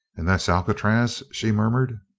and that's alcatraz? she murmured.